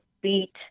beat